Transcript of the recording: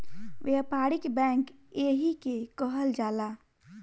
व्यापारिक बैंक एही के कहल जाला